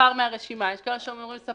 צריך לזכור שיש כאן אחריות,